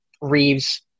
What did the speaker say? Reeves